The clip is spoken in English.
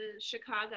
Chicago